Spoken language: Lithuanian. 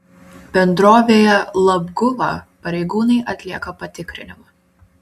bendrovėje labguva pareigūnai atlieka patikrinimą